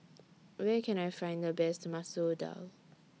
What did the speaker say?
Where Can I Find The Best Masoor Dal